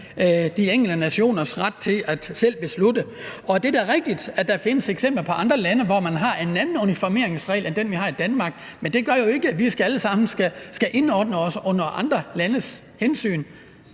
de enkelte nationers ret til selv at beslutte det. Og det er da rigtigt, at der findes eksempler på, at der er andre lande, der har en anden uniformeringsregel end den, vi har i Danmark. Men det gør jo ikke, at vi alle sammen skal indordne os andre lande og de hensyn.